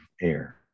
air